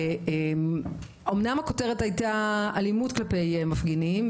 אומנם הכותרת הייתה אלימות כלפי מפגינים,